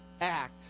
act